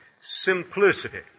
simplicity